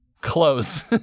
close